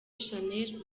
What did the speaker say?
shanel